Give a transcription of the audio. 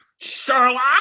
Sherlock